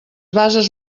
bases